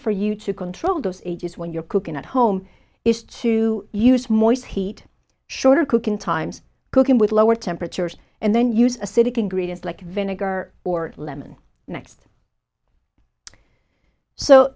for you to control those ages when you're cooking at home is to use more heat shorter cooking times cooking with lower temperatures and then use a city can greta's like vinegar or lemon next so